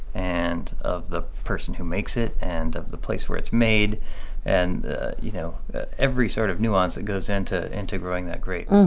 and of the person who makes it, and of the place where it's made and of you know every sort of nuance that goes into into growing that grape.